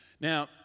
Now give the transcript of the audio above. Now